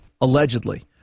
allegedly